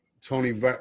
Tony